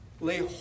Lay